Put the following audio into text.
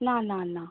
না না না